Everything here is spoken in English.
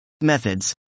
Methods